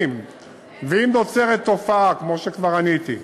ואם נוצרת תופעה, כמו שכבר עניתי,